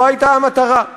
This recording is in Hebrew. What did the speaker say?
זו הייתה המטרה.